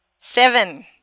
Seven